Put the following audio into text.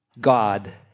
God